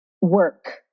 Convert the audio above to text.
work